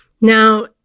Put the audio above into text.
Now